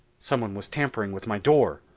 someone was tampering with my door!